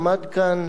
עמד כאן